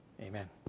Amen